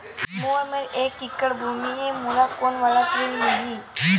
मोर मेर एक एकड़ भुमि हे मोला कोन वाला ऋण मिलही?